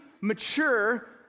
mature